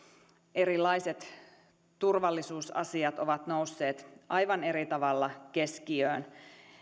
erilaiset turvallisuusasiat ovat nousseet aivan eri tavalla keskiöön